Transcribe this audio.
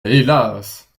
hélas